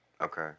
Okay